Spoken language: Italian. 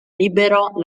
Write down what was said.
libero